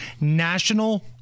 national